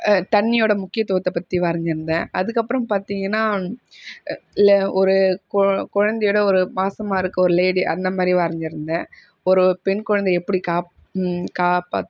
தண்ணியோடய முக்கியத்துவத்தை பற்றி வரைஞ்சு இருந்தேன் அதுக்கு அப்புறம் பார்த்திங்கன்னா ல ஒரு குழந்தையோட ஒரு மாசமாக இருக்கற ஒரு லேடி அந்தமாதிரி வரைஞ்சு இருந்தேன் ஒரு பெண் குழந்தை எப்படி காக் காப்பாற்